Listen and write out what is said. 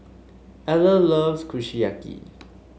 Eller loves Kushiyaki